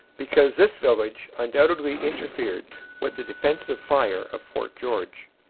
because this village undoubtedly interfered with the defensive fire of fort george.